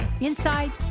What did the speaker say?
inside